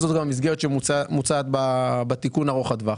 זאת גם המסגרת שמוצעת בתיקון ארוך הטווח.